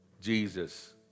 Jesus